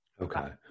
okay